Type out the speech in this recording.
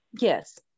Yes